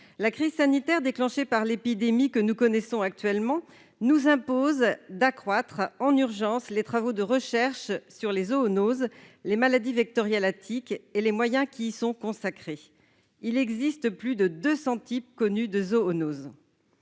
La crise sanitaire déclenchée par l'épidémie que nous connaissons actuellement nous impose d'accroître en urgence les travaux de recherche sur les zoonoses et les maladies vectorielles à tiques, ainsi que les moyens qui y sont consacrés. Il existe plus de deux cents types connus de zoonoses.